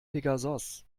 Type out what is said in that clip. pegasos